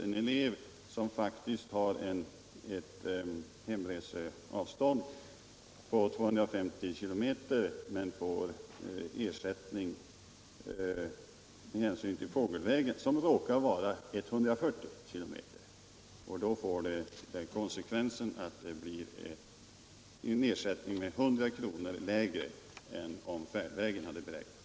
En elev som faktiskt har ett hemreseavstånd på 250 km får ersättning beräknad till fågelvägen, som råkar vara 140 km. Det får den konsekvensen att ersättningen blir 100 kr. lägre än om färdvägen hade fått räknas.